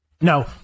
No